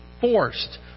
forced